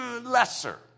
lesser